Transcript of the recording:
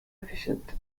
efficient